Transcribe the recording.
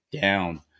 down